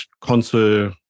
console